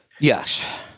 Yes